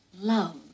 love